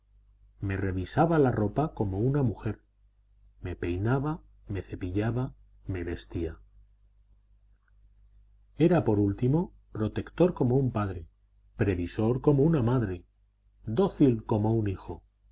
me revisaba la ropa como una mujer me peinaba me cepillaba me vestía era por último protector como un padre previsor como una madre dócil como un hijo